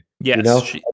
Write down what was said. Yes